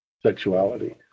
sexuality